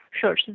Sure